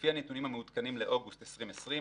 לפי הנתונים המעודכנים לאוגוסט 2020,